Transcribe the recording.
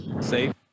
safe